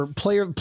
player